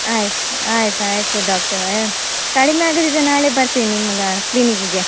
ಆಯಿತು ಆಯಿತು ಆಯಿತು ಡಾಕ್ಟರ್ ಕಡಿಮೆ ಆಗದಿದ್ದರೆ ನಾಳೆ ಬರ್ತಿನಿ ನಿಮ್ಮ ಕ್ಲಿನಿಕ್ಕಿಗೆ